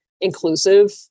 inclusive